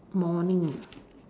morning ah